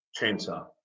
Chainsaw